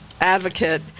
advocate